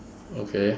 okay